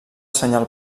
senyal